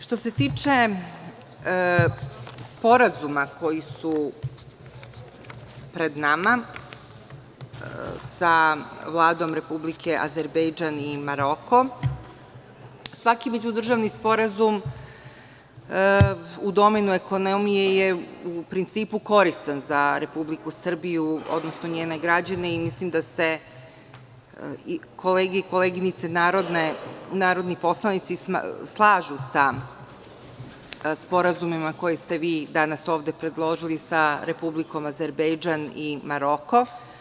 Što se tiče sporazuma koji su pred nama sa Vladom Republike Azerbejdžan i Maroko, svaki međudržavni sporazum u domenu ekonomije je u principu koristan za Republiku Srbiju, odnosno njene građane i mislim da se i kolege i koleginice narodni poslanici slažu sa sporazumima koje ste vi ovde predložili sa Republikom Azerbejdžan i Maroko.